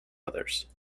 others